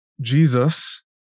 Jesus